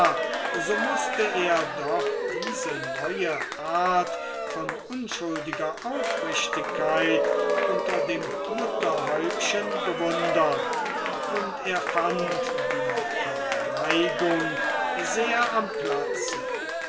so mußte er doch diese neue art von unschuldiger aufrichtigkeit unter dem mutterhäubchen bewundern und er fand die verneigung sehr am platze